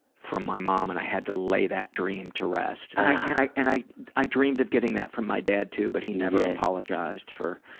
from my mom and i had to lay that dream to rest and i i dreamed of getting that from my dad too but he never apologized for